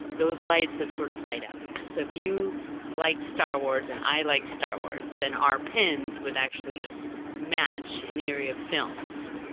those lights would sort of light up. so if you liked star wars and i liked star wars, then our pins would actually match in the area of films.